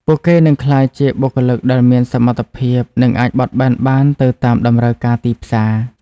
ពួកគេនឹងក្លាយជាបុគ្គលិកដែលមានសមត្ថភាពនិងអាចបត់បែនបានទៅតាមតម្រូវការទីផ្សារ។